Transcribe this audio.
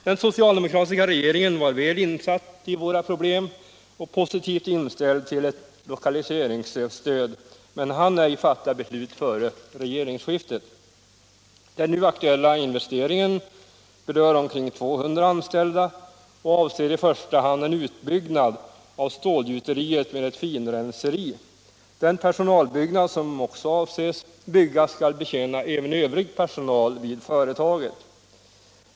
Den socialdemokratiska regeringen var väl insatt i våra problem och positivt inställd till ett lokaliseringsstöd, men hann ej fatta beslut före regeringsskiftet. Den nu aktuella investeringen berör omkring 200 anställda och avser i första hand en utbyggnad av stålgjuteriet med ett finrenseri. Den personalbyggnad som också planeras skall betjäna även övrig personal vid företaget.